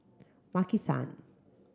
Maki San